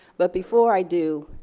but before i do,